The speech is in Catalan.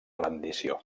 rendició